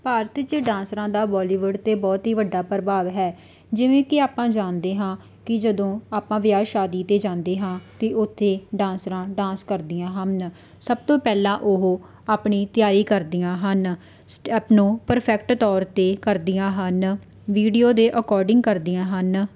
ਭਾਰਤ ਵਿੱਚ ਡਾਂਸਰਾਂ ਦਾ ਬੋਲੀਵੁੱਡ 'ਤੇ ਬਹੁਤ ਹੀ ਵੱਡਾ ਪ੍ਰਭਾਵ ਹੈ ਜਿਵੇਂ ਕਿ ਆਪਾਂ ਜਾਣਦੇ ਹਾਂ ਕਿ ਜਦੋਂ ਆਪਾਂ ਵਿਆਹ ਸ਼ਾਦੀ 'ਤੇ ਜਾਂਦੇ ਹਾਂ ਤਾਂ ਉੱਥੇ ਡਾਂਸਰਾਂ ਡਾਂਸ ਕਰਦੀਆਂ ਹਨ ਸਭ ਤੋਂ ਪਹਿਲਾਂ ਉਹ ਆਪਣੀ ਤਿਆਰੀ ਕਰਦੀਆਂ ਹਨ ਸਟੈਪ ਨੂੰ ਪ੍ਰਫੈਕਟ ਤੌਰ 'ਤੇ ਕਰਦੀਆਂ ਹਨ ਵੀਡੀਓ ਦੇ ਅਕੌਰਡਿੰਗ ਕਰਦੀਆਂ ਹਨ